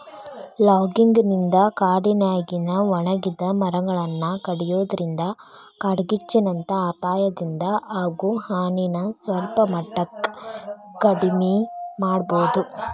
logging ನಿಂದ ಕಾಡಿನ್ಯಾಗಿನ ಒಣಗಿದ ಮರಗಳನ್ನ ಕಡಿಯೋದ್ರಿಂದ ಕಾಡ್ಗಿಚ್ಚಿನಂತ ಅಪಾಯದಿಂದ ಆಗೋ ಹಾನಿನ ಸಲ್ಪಮಟ್ಟಕ್ಕ ಕಡಿಮಿ ಮಾಡಬೋದು